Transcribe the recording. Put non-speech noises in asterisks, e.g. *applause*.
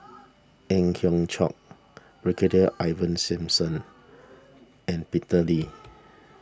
Ang Hiong Chiok Brigadier Ivan Simson *noise* and Peter Lee